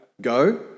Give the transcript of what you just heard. Go